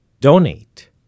donate